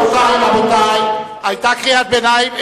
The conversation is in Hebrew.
רבותי, היתה קריאת ביניים.